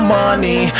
money